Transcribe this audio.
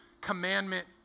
commandment